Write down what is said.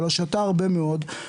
אלא שתה הרבה מאוד,